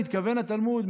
מתכוון התלמוד,